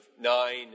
nine